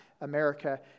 America